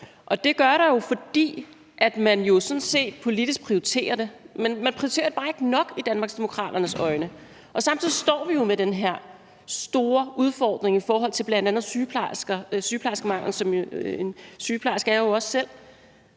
og det gør der jo, fordi man sådan set politisk prioriterer det, men man prioriterer det bare ikke nok set med Danmarksdemokraternes øjne, og samtidig står vi jo med den her store udfordring i forhold til bl.a. sygeplejerskemangel. Jeg er jo også selv